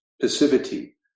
passivity